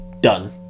done